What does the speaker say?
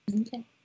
Okay